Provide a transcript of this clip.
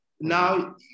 Now